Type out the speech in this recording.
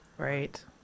Right